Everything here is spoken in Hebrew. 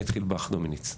אני אתחיל בך, דומיניץ.